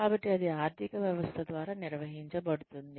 కాబట్టి అది ఆర్థిక వ్యవస్థ ద్వారా నిర్వహించబడుతుంది